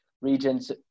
regions